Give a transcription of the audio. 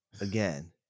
again